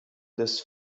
this